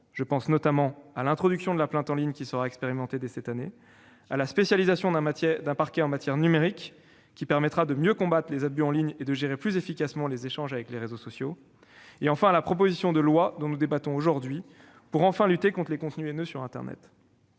je pense notamment à l'introduction de la plainte en ligne, qui sera expérimentée dès cette année, à la spécialisation d'un parquet en matière numérique, qui permettra de mieux combattre les abus en ligne et de gérer plus efficacement les échanges avec les réseaux sociaux, et à la proposition de loi dont nous débattons aujourd'hui pour enfin lutter contre les contenus haineux sur internet.